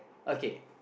okay